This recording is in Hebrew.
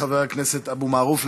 חבר הכנסת אבו מערוף,